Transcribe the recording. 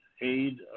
aid